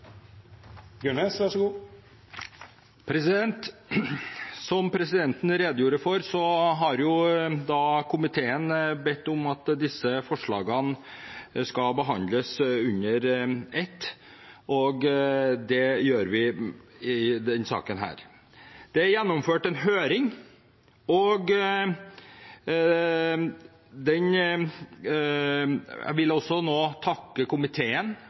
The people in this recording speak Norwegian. under ett, så det gjør vi i denne saken. Det er gjennomført en høring, og jeg vil takke komiteen